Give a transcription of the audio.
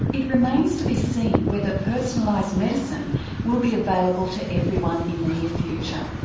it remains to be seen whether personalised medicine will be available to everyone in the near future,